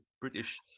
British